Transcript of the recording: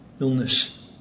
illness